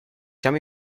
tell